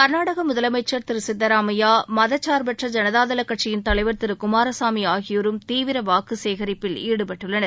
கர்நாடக முதலமைச்சர் திரு சித்தராமையா மதசார்பற்ற ஜனதாதள கட்சியின் தலைவர் திரு குமாரசாமி ஆகியோரும் தீவிர வாக்குசேகரிப்பில் ஈடுபட்டுள்ளனர்